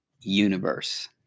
universe